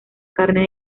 carne